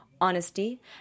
honesty